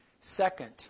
Second